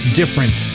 different